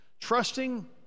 Trusting